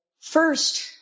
first